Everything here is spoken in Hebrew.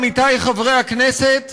עמיתי חברי הכנסת,